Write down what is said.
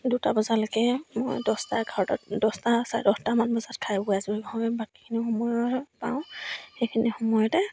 দুটা বজালৈকে মই দছটা এঘাৰটা দছটা চাৰে দহটামান বজাত খাই বৈ আছোঁ বাকীখিনি সময় পাওঁ সেইখিনি সময়তে